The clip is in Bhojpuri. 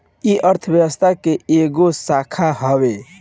ई अर्थशास्त्र के एगो शाखा हवे